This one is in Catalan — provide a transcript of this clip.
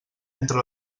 entre